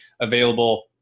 available